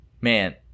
man